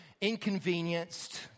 inconvenienced